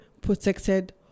protected